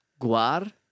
Guar